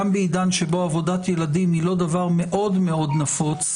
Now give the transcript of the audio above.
גם בעידן שבו עבודת ילדים היא לא דבר מאוד-מאוד נפוץ,